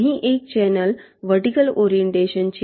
અહીં એક channel vertical orientation છે